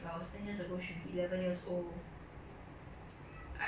is a bit normal because like 我们还没长大 mah